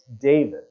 David